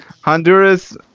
Honduras